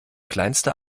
kleinste